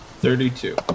Thirty-two